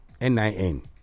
NIN